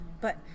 but-